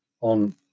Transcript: on